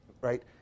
right